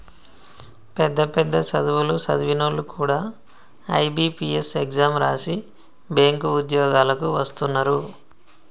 పెద్ద పెద్ద సదువులు సదివినోల్లు కూడా ఐ.బి.పీ.ఎస్ ఎగ్జాం రాసి బ్యేంకు ఉద్యోగాలకు వస్తున్నరు